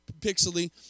pixely